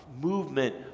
movement